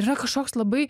yra kažkoks labai